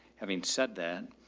having said that,